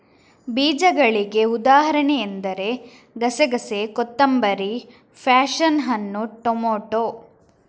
ಬೀಜಗಳಿಗೆ ಉದಾಹರಣೆ ಎಂದರೆ ಗಸೆಗಸೆ, ಕೊತ್ತಂಬರಿ, ಪ್ಯಾಶನ್ ಹಣ್ಣು, ಟೊಮೇಟೊ